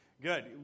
Good